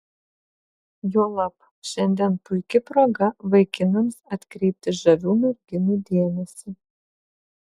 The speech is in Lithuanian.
juolab šiandien puiki proga vaikinams atkreipti žavių merginų dėmesį